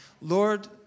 Lord